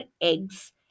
eggs